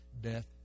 death